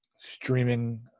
streaming